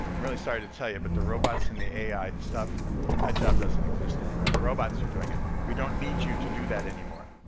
really sorry to tell you, but the robots and the ai stuff that job doesn't exist anymore, the robots are doing it. we don't need you to do that anymore.